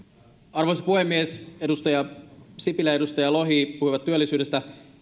arvoisa puhemies edustaja sipilä ja edustaja lohi puhuivat työllisyydestä